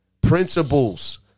principles